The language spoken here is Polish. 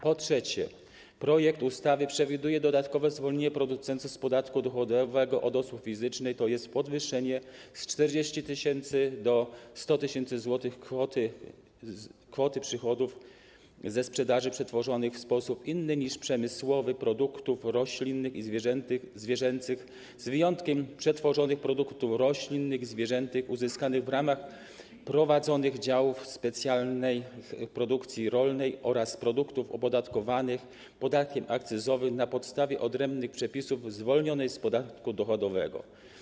Po trzecie, projekt ustawy przewiduje dodatkowe zwolnienie producenta z podatku dochodowego od osób fizycznych, tj. podwyższenie z 40 tys. do 100 tys. zł kwoty przychodów ze sprzedaży przetworzonych w sposób inny niż przemysłowy produktów roślinnych i zwierzęcych, z wyjątkiem przetworzonych produktów roślinnych i zwierzęcych uzyskanych w ramach prowadzonych działów specjalnej produkcji rolnej oraz produktów opodatkowanych podatkiem akcyzowym na podstawie odrębnych przepisów zwolnionych z podatku dochodowego.